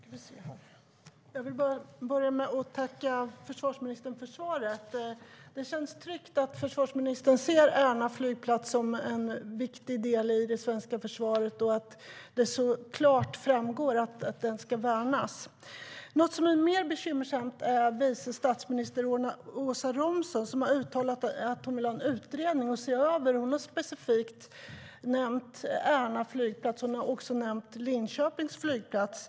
Herr talman! Jag vill börja med att tacka försvarsministern för svaret. Det känns tryggt att försvarsministern ser Ärna flygplats som en viktig del i det svenska försvaret och att det så klart framgår att den ska värnas. Något som är mer bekymmersamt är att vice statsminister Åsa Romson har uttalat att hon vill ha en utredning. Hon har specifikt nämnt Ärna flygplats och Linköpings flygplats.